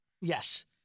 Yes